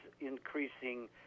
increasing